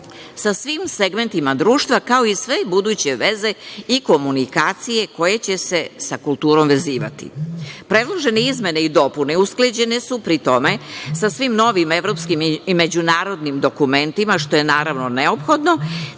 sa svim segmentima društva, kao i sve buduće veze i komunikacije koje će se sa kulturom vezivati. Predložene izmene i dopune usklađene su sa svim novim evropskim i međunarodnim dokumentima, što je naravno neophodno,